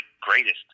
greatest